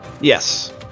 Yes